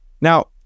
Now